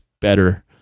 better